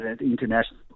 international